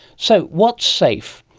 so what's safe,